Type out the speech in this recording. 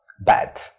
bad